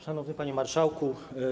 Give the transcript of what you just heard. Szanowny Panie Marszałku!